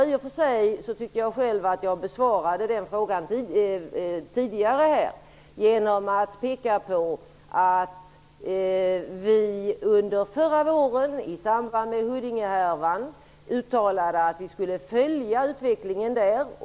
I och för sig tycker jag att jag har besvarat den frågan, genom att peka på att vi under förra våren i samband med Huddingehärvan uttalade att vi skulle följa utvecklingen där.